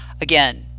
Again